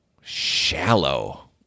shallow